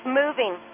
moving